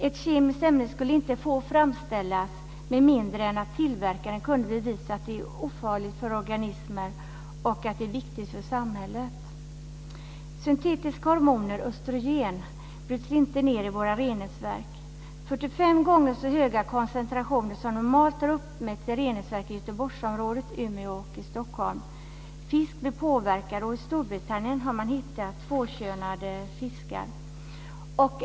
Ett kemiskt ämne skulle inte få framställas med mindre än att tillverkaren kunde bevisa att det är ofarligt för organismer och att det är viktigt för samhället. Syntetiska hormoner, östrogen, bryts inte ned i våra reningsverk. 45 gånger högre koncentrationer än normalt har uppmätts i reningsverk i Göteborgsområdet, Umeå och Stockholm. Fisk påverkas. I Storbritannien har man hittat tvåkönade fiskar.